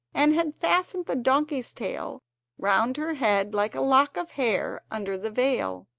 and had fastened the donkey's tail round her head like a lock of hair under the veil.